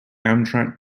amtrak